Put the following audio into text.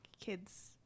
kids